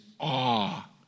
awe